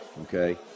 Okay